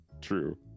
True